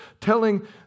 telling